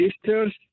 sister's